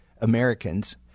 Americans